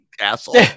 Asshole